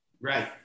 right